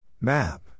Map